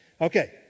Okay